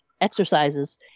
exercises